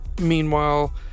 Meanwhile